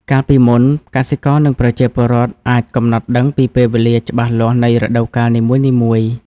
កាលពីមុន កសិករនិងប្រជាពលរដ្ឋអាចកំណត់ដឹងពីពេលវេលាច្បាស់លាស់នៃរដូវកាលនីមួយៗ។